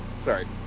sorry